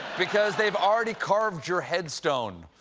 because they've already carved your headstone.